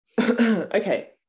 okay